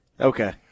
Okay